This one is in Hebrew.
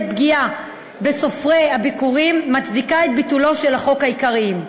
פגיעה בסופרי הביכורים מצדיקות את ביטולם של עיקרי החוק.